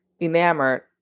enamored